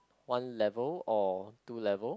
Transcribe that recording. one level or two level